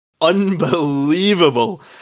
unbelievable